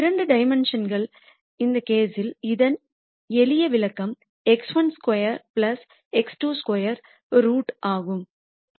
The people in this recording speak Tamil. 2 டைமென்ஷுன் கேஸ்யில் இதன் எளிய விளக்கம்x12 x22 ரூட் ஆகும்